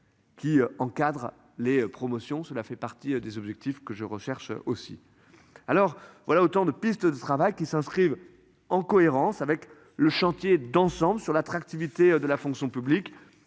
Qui encadre les promotions, cela fait partie des objectifs que je recherche aussi. Alors voilà. Autant de pistes de travail qui s'inscrivent en cohérence avec le chantier d'ensemble sur l'attractivité de la fonction publique